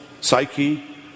psyche